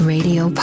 Radio